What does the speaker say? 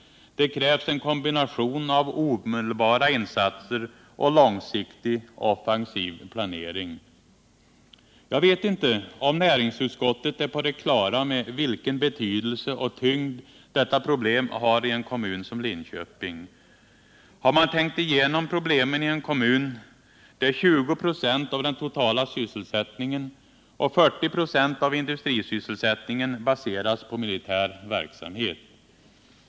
Det krävs en kombination av omedelbara insatser och långsiktig offensiv planering. Jag vet inte om näringsutskottet är på det klara med vilken betydelse och tyngd detta problem har i en kommun som Linköping. Har man tänkt igenom problemen som finns i en kommun där 20 96 av den totala sysselsättningen och 40 96 av industrisysselsättningen baseras på militär verksamhet?